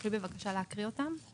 תוכלי בבקשה להקריא אותם?